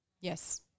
Yes